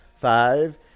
Five